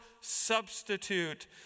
substitute